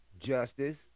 justice